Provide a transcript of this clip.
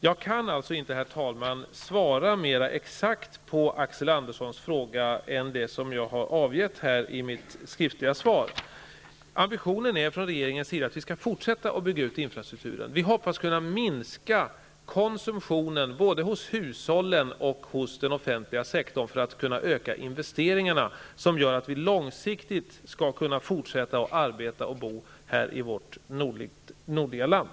Jag kan alltså inte, herr talman, svara mer exakt på Axel Anderssons fråga än vad som framgår av det skriftliga svaret. Ambitionen från regeringens sida är att vi skall fortsätta att bygga ut infrastrukturen. Vi hoppas kunna minska konsumtionen, både hos hushållen och hos den offentliga sektorn, för att kunna öka investeringarna, så att vi långsiktigt skall kunna fortsätta att arbeta och bo här i vårt nordliga land.